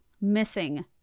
missing